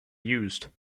used